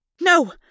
No